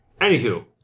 Anywho